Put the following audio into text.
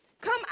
Come